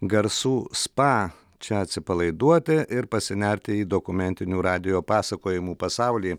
garsų spa čia atsipalaiduoti ir pasinerti į dokumentinių radijo pasakojimų pasaulį